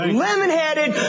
lemon-headed